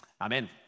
Amen